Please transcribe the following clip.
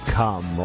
come